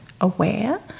aware